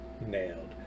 nailed